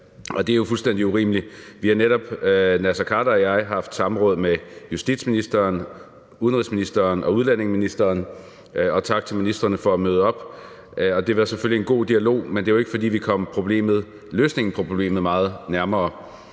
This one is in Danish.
Det er jo fuldstændig urimeligt. Naser Khader og jeg har netop haft samråd med justitsministeren, udenrigsministeren og udlændinge- og integrationsministeren – og tak til ministrene for at møde op. Det var selvfølgelig en god dialog, men det var jo ikke, fordi vi kom løsningen på problemet meget nærmere.